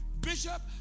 bishop